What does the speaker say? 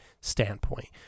standpoint